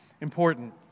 important